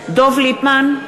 ליפמן,